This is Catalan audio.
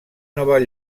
nova